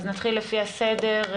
אז נתחיל לפי הסדר,